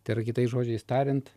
tai yra kitais žodžiais tariant